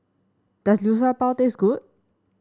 does Liu Sha Bao taste good